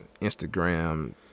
Instagram